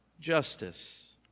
justice